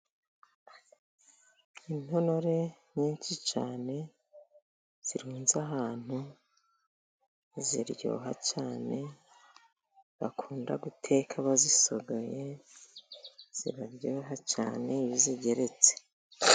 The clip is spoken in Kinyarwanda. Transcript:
Intonore nyinshi cyane zirunze ahantu, ziryoha cyane bakunda guteka bazisigaye ziraryoha cyane iyo uzigeretse.